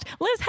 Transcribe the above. Liz